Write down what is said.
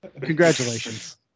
congratulations